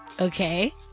Okay